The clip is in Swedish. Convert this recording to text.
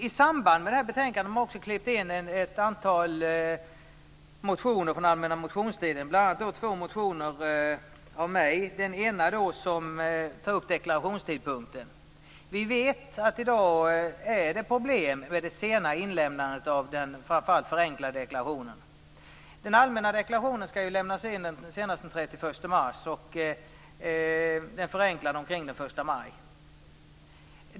I samband med betänkandet har man också klippt in ett antal motioner från den allmänna motionstiden, bl.a. två motioner av mig. Den ena tar upp deklarationstidpunkten. Vi vet att det i dag är problem med det sena inlämnandet av framför allt den förenklade deklarationen. Den allmänna deklarationen skall ju lämnas in senast den 31 mars och den förenklade omkring den 1 maj.